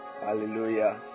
Hallelujah